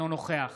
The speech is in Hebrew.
אינו נוכח